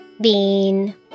Bean